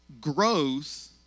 growth